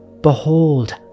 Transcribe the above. Behold